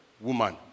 woman